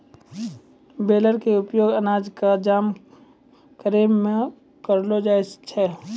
baler के उपयोग अनाज कॅ जमा करै मॅ करलो जाय छै